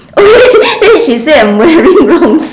she say I'm wearing wrong s~